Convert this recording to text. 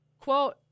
quote